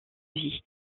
vie